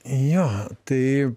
jo tai